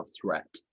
threat